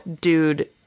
dude